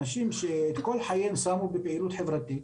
אנשים שאת כל חייהם הקדישו לפעילות חברתית,